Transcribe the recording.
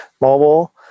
mobile